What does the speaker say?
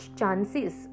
chances